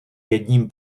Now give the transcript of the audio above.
jedním